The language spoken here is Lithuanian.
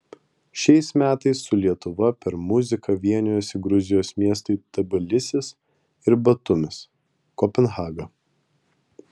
šiais metais su lietuva per muziką vienijosi gruzijos miestai tbilisis ir batumis kopenhaga